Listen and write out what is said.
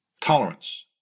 Tolerance